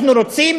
אנחנו רוצים